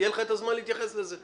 ויהיה לך את הזמן להתייחס לזה.